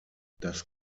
das